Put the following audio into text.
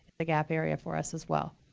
a gap area for us as well.